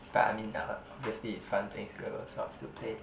but I'm in the obviously it's fun playing scrabble so I'll still play it